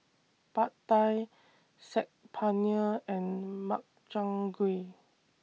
Pad Thai Saag Paneer and Makchang Gui